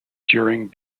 during